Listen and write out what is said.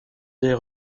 des